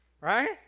right